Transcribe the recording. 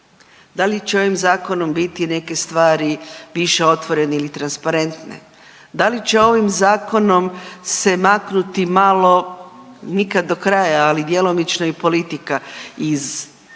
Da li će ovim zakonom biti neke stvari više otvorene ili transparentne? Da li će ovim zakonom se maknuti malo nikada do kraja, ali djelomično i politika uopće